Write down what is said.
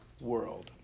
world